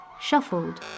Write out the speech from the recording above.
shuffled